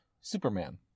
Superman